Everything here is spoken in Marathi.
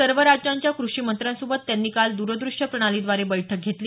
सर्व राज्यांच्या कृषी मंत्र्यांसोबत त्यांनी काल द्रदूष्य प्रणालीद्वारे बैठक घेतली